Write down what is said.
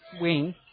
wing